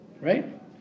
right